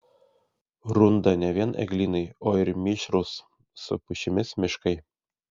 runda ne vien eglynai o ir mišrūs su pušimis miškai